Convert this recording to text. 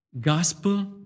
gospel